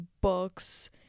books